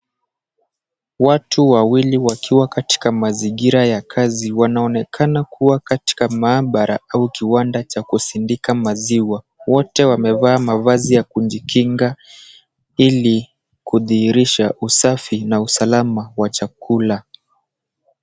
Watu wawili wakiwa katika mazingira ya kazi wanaonekana kuwa katika maabara au kiwanda cha kusindika maziwa wote wamevaa mavazi ya kujikinga ili kudhihirisha usafi na usalama wa chakula.